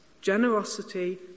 generosity